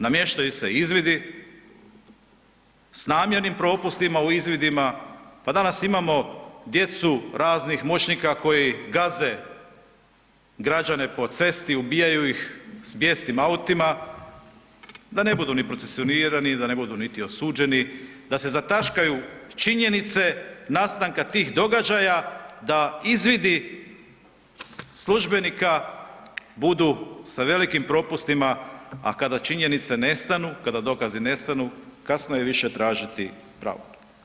Namještaju se izvidi s namjernim propustima u izvidima, pa danas imamo djecu raznih moćnika koji gaze građane po cesti, ubijaju ih s bijesnim autima da ne budu ni procesuirani, da ne budu niti osuđeni, da se zataškaju činjenice nastanka tih događaja, da izvidi službenika budu sa velikim propustima, a kada činjenice nestanu, kada dokazi nestanu kasno je više tražiti pravo.